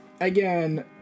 Again